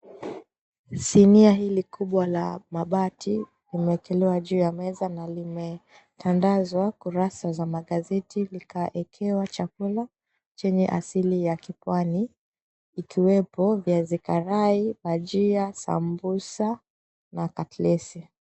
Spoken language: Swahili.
Sinia hili kubwa la mabati, limeekelewa juu ya meza na limetandazwa kurasa za magazeti likaekewa chakula chenye asili ya kipwani, ikiwepo viazi karai, bhajia, sambusa na katlesi.